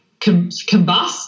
combust